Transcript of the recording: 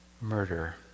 murder